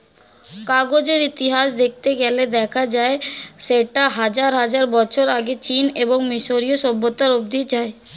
কাগজের ইতিহাস দেখতে গেলে দেখা যায় সেটা হাজার হাজার বছর আগে চীন এবং মিশরীয় সভ্যতা অবধি যায়